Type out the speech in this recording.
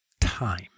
time